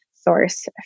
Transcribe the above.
source